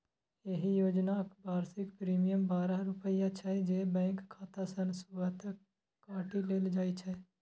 एहि योजनाक वार्षिक प्रीमियम बारह रुपैया छै, जे बैंक खाता सं स्वतः काटि लेल जाइ छै